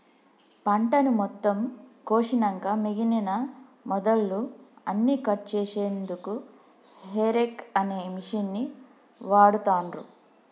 పంటను మొత్తం కోషినంక మిగినన మొదళ్ళు అన్నికట్ చేశెన్దుకు హేరేక్ అనే మిషిన్ని వాడుతాన్రు